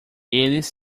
eles